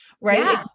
right